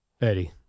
Eddie